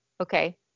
Okay